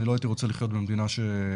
אני לא הייתי רוצה לחיות במדינה שכל